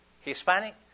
Hispanic